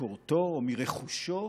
ממשכורתו או מרכושו